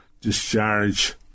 discharge